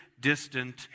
distant